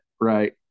Right